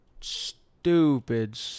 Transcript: stupid